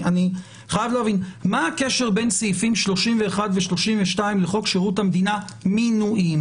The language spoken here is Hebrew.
אני חייב להבין בין סעיפים 31 ו-32 לחוק שירות המדינה (מינויים)